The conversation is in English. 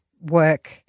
work